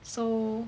so